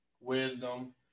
wisdom